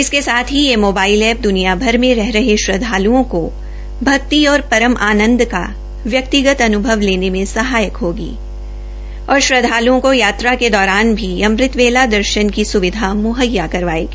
इसके साथ ही यह मोबाइल एप्प द्निया भर में रह रहे श्रद्धाल्ओं को अक्ति और परम आनंद का व्यक्तिगत अनुभव लेने में सहायक होगी और श्रद्धाल्ओं को यात्रा के दौरान भी अमृत वेला दर्शन की सुविधा मु्हैया करवायेगी